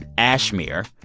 ashmeer,